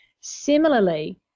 Similarly